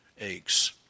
aches